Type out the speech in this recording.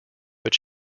but